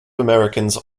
americans